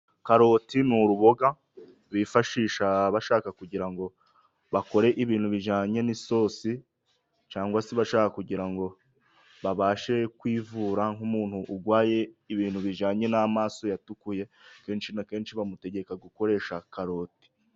Karoti ni uruboga bifashisha bashaka kugira ngo bakore ibintu bijyanye n'isosi, cyangwa se bashaka kugira ngo babashe kwivura, nk'umuntu urwaye ibintu bijyanye n'amaso yatukuye, kenshi na kenshi bamutegeka gukoresha karoti.